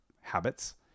habits